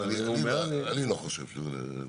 אני לא חושב שזה נכון.